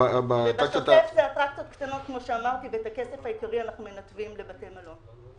בשוטף זה אטרקציות קטנות ואת הכסף העיקרי אנחנו מנתבים לבתי מלון.